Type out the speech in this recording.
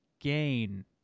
gain